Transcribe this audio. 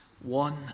one